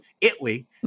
Italy